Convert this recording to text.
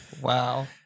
Wow